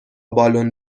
بالن